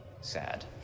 sad